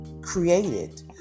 created